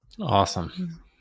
Awesome